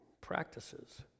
practices